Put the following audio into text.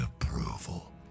approval